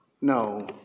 No